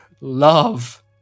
love